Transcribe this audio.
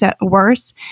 worse